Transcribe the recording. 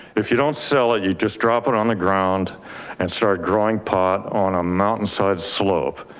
if you don't sell it, you just drop it on the ground and start growing pot on a mountainside slope.